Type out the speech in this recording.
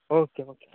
okay okay